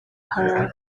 her